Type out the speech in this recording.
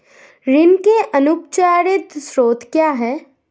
ऋण के अनौपचारिक स्रोत क्या हैं?